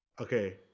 Okay